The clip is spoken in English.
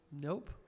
Nope